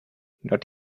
not